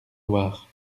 loire